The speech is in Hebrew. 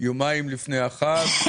יומיים לפני החג,